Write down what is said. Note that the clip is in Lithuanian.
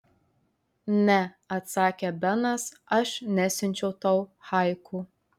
ne atsakė benas aš nesiunčiau tau haiku